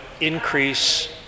increase